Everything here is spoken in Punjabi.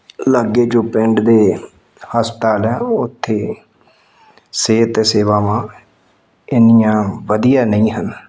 ਲਾਗੇ ਜੋ ਪਿੰਡ ਦੇ ਹਸਪਤਾਲ ਆ ਉੱਥੇ ਸਿਹਤ ਸੇਵਾਵਾਂ ਇੰਨੀਆਂ ਵਧੀਆ ਨਹੀਂ ਹਨ